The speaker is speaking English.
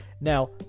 now